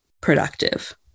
productive